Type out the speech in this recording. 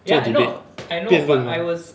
做 debate 辩论 lor